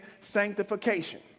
sanctification